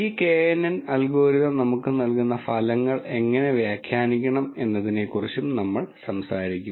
ഈ knn algorithm നമുക്ക് നൽകുന്ന ഫലങ്ങൾ എങ്ങനെ വ്യാഖ്യാനിക്കണം എന്നതിനെക്കുറിച്ചും നമ്മൾ സംസാരിക്കും